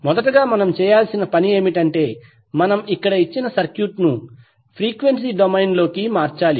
మొదటగా మనం చేయాల్సిన పని ఏమిటంటే మనం ఇక్కడ ఇచ్చిన సర్క్యూట్ ను ఫ్రీక్వెన్సీ డొమైన్ లోకి మార్చాలి